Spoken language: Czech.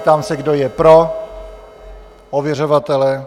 Ptám se, kdo je pro ověřovatele.